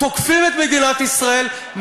תוקפים את מדינת ישראל,